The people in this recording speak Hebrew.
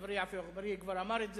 חברי עפו אגבאריה כבר אמר את זה,